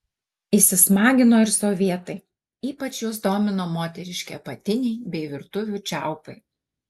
įsismagino ir sovietai ypač juos domino moteriški apatiniai bei virtuvių čiaupai